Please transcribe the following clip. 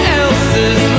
else's